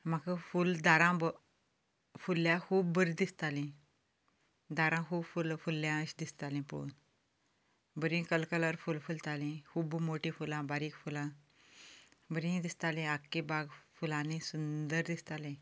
म्हाका फूल दारांत फुल्ल्यार खूब बरीं दिसतालीं दारांत खूब फुलां फुल्ल्यां अशीं दिसतालीं पळोवन बरी कलकलर फुलां फुलतालीं खूब मोटी फुलां बारीक फुलां बरी दिसतालीं आख्खी बाग फुलांनी सुंदर दिसताली